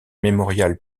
mémorial